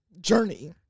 journey